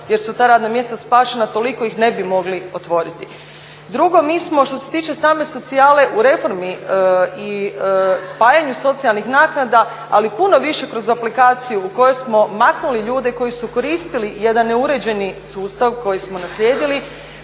jer su ta radna mjesta spašena. Toliko ih ne bi mogli otvoriti. Drugo, mi smo što se tiče same socijale u reformi i spajanju socijalnih naknada, ali puno više kroz aplikaciju u kojoj smo maknuli ljude koji su koristili jedan neuređeni sustav koji smo naslijedili,